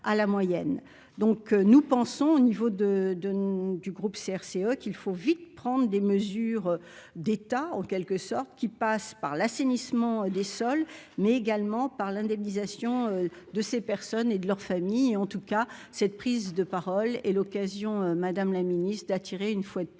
donc nous pensons au niveau de, de, du groupe CRCE, qu'il faut vite prendre des mesures d'état en quelque sorte, qui passe par l'assainissement des sols mais également par l'indemnisation de ces personnes et de leurs familles et en tout cas, cette prise de parole et l'occasion, madame la ministre d'attirer une fois de plus